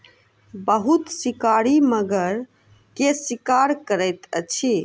बहुत शिकारी मगर के शिकार करैत अछि